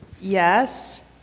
Yes